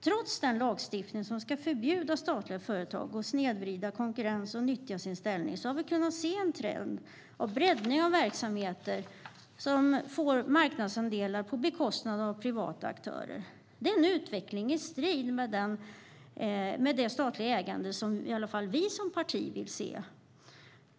Trots den lagstiftning som ska förbjuda statliga företag att snedvrida konkurrensen och nyttja sin ställning har vi kunnat se en trend med en breddning av verksamheter som får marknadsandelar på bekostnad av privata aktörer. Detta är en utveckling i strid med det statliga ägande som i alla fall vi som parti vill se.